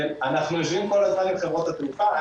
אנחנו יושבים כל הזמן עם חברות התעופה.